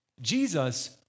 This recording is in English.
Jesus